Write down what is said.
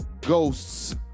Ghosts